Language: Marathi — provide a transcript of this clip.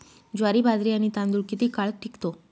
ज्वारी, बाजरी आणि तांदूळ किती काळ टिकतो?